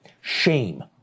Shame